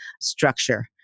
structure